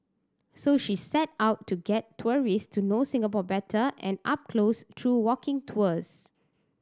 so she set out to get tourist to know Singapore better and up close through walking tours